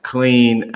Clean